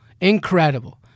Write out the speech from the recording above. Incredible